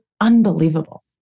unbelievable